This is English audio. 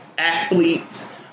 Athletes